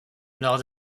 lors